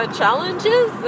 challenges